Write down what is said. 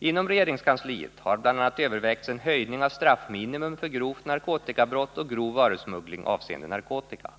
Inom regeringskansliet har bl.a. övervägts en höjning av straffminimum för grovt narkotikabrott och grov varusmuggling avseende narkotika.